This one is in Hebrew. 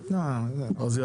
טוב.